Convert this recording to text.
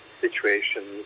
situations